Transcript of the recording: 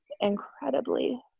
incredibly